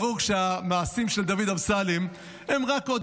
ברור שהמעשים של דוד אמסלם הם רק עוד